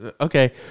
Okay